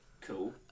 Cool